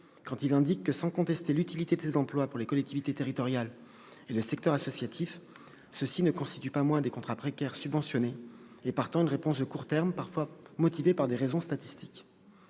quand il indique que, « sans contester l'utilité de ces emplois pour les collectivités territoriales et le secteur associatif, ceux-ci ne constituent pas moins des contrats précaires subventionnés et, partant, une réponse de court terme, parfois motivée par des raisons purement statistiques